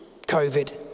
COVID